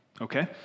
Okay